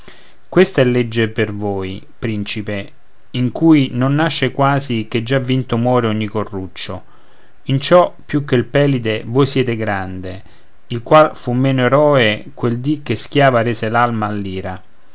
questa è legge per voi principe in cui non nasce quasi che già vinto muore ogni corruccio in ciò più che il pelide voi siete grande il qual fu meno eroe quel dì che schiava rese